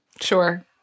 Sure